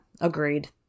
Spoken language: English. Agreed